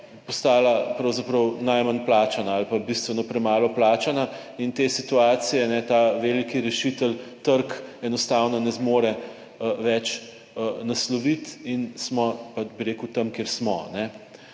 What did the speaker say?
postala pravzaprav najmanj plačana ali pa bistveno premalo plačana in te situacije ta veliki rešitelj trg enostavno ne zmore več nasloviti in smo pač, bi rekel, tam, kjer smo.